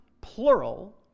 plural